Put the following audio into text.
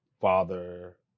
father